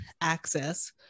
access